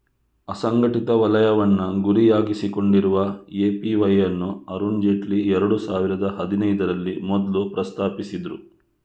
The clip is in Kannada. ಅಸಂಘಟಿತ ವಲಯವನ್ನ ಗುರಿಯಾಗಿಸಿಕೊಂಡಿರುವ ಎ.ಪಿ.ವೈ ಅನ್ನು ಅರುಣ್ ಜೇಟ್ಲಿ ಎರಡು ಸಾವಿರದ ಹದಿನೈದರಲ್ಲಿ ಮೊದ್ಲು ಪ್ರಸ್ತಾಪಿಸಿದ್ರು